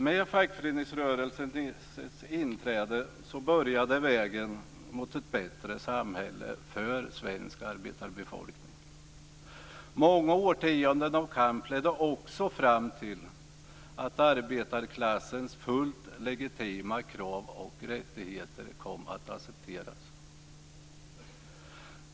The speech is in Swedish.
Med fackföreningsrörelsens inträde började vägen mot ett bättre samhälle för svensk arbetarbefolkning. Många årtionden av kamp ledde också fram till att arbetarklassens fullt legitima krav på rättigheter kom att accepteras.